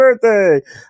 birthday